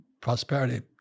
prosperity